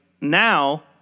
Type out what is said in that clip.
now